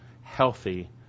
healthy